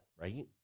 Right